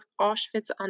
Auschwitz